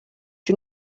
you